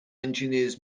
engineers